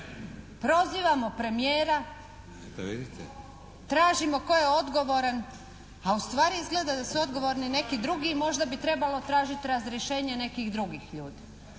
Željka (SDP)** Tražimo tko je odgovoran, a ustvari izgleda da su odgovorni neki drugi i možda bi trebalo tražiti razriješenje nekih drugih ljudi.